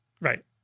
Right